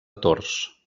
tors